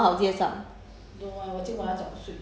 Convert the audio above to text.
你等一下等一下晚上你来看